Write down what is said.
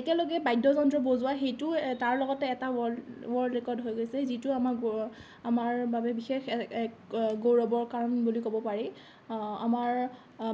একেলগে বাদ্যযন্ত্ৰ বজোৱা সেইটোও তাৰ লগতে এটা ৱৰ্ল্ড ৱৰ্ল্ড ৰেকৰ্ড হৈ গৈছে যিটো আমাৰ বাবে গৌ আমাৰ বাবে বিশেষ এক গৌৰৱৰ কাৰণ বুলি ক'ব পাৰি আমাৰ